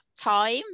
time